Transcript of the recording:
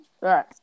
right